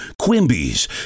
Quimby's